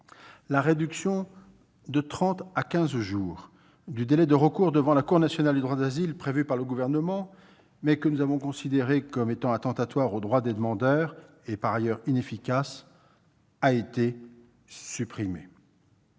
La réduction de trente à quinze jours du délai de recours devant la Cour nationale du droit d'asile, prévue par le Gouvernement, mais que nous avons considérée comme étant attentatoire aux droits des demandeurs d'asile et inefficace, avait été supprimée.